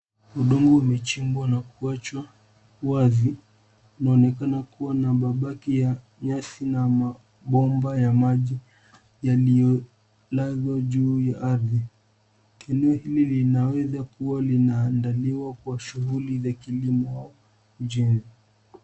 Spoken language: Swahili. Udongo umechimbwa na kuachwa wazi. Unaonekana kuwa na mabaki ya nyasi na mabomba ya maji yaliyolazwa juu ya ardhi. Kilio hili linaweza kuwa linaandaliwa kwa shughuli za kilimo au ujenzi.